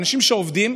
אנשים שעובדים,